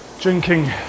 drinking